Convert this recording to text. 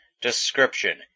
description